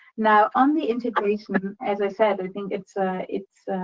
now, on the integration as i said, i think it's ah it's